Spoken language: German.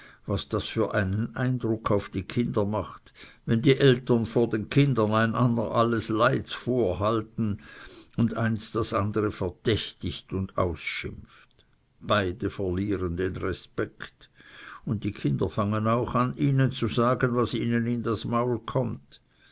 was das für einen eindruck auf die kinder macht wenn die eltern vor den kindern einander alles leids vorhalten und eins das andere verdächtigt und ausschimpft beide verlieren den respekt und die kinder fangen auch an ihnen zu sagen was ihnen in das maul kömmt